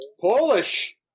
Polish